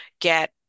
get